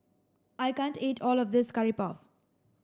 I can't eat all of this curry puff